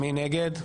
מי נגד?